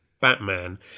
Batman